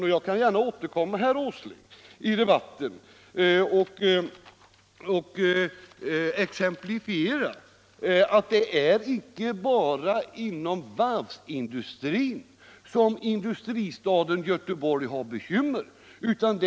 Jag skall också gärna återkomma senare i debatten, herr Åsling, med ett exempel som visar att det icke bara är inom varvsindustrin utan över hela fältet som industristaden Göteborg har bekymmer.